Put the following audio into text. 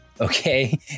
Okay